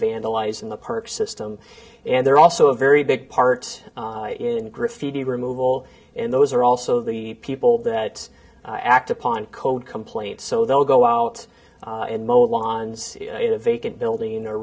vandalizing the park system and they're also a very big part in graffiti removal and those are also the people that act upon code complaints so they'll go out and mow the lawns in a vacant building or